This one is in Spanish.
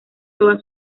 todas